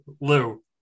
Lou